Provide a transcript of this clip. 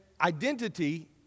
identity